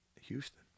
Houston